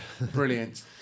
Brilliant